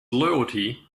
loyalty